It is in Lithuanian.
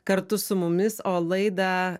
kartu su mumis o laidą